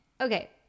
okay